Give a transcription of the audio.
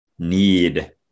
need